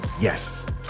Yes